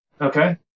Okay